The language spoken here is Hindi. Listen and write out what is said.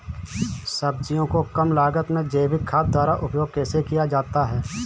सब्जियों को कम लागत में जैविक खाद द्वारा उपयोग कैसे किया जाता है?